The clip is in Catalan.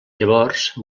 llavors